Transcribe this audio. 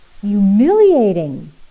humiliating